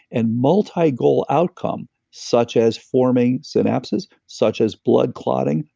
and multi-goal outcome, such as forming synapsis, such as blood clotting,